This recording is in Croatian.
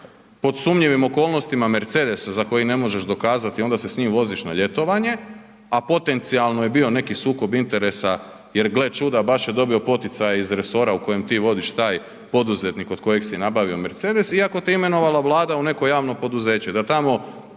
pod sumnjivim okolnostima Mercedes za koji ne možeš dokazati, onda se s njim voziš na ljetovanje, a potencijalno je bio neki sukob interesa jer gle čuda baš je dobio poticaj iz resora u kojem ti vodiš taj poduzetnik kod kojeg si nabavio Mercedes i ako te imenovala Vlada u neko javno poduzeće